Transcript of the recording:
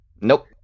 Nope